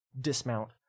dismount